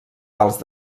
alts